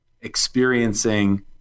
experiencing